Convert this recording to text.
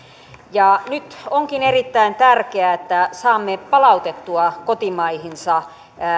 nyt onkin erittäin tärkeää että saamme palautettua kotimaihinsa